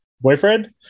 boyfriend